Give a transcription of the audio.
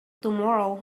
tomorrow